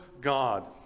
God